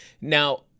Now